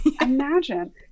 Imagine